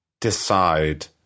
decide